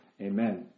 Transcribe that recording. Amen